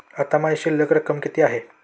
आता माझी शिल्लक रक्कम किती आहे?